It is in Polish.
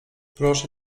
proszę